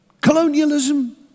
colonialism